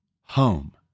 home